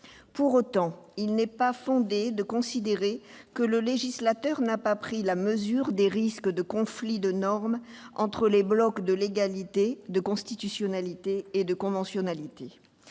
Pour autant, il n'est pas fondé de considérer que le législateur n'a pas pris la mesure des risques de conflits de normes entre les blocs de légalité, de constitutionnalité et de conventionnalité.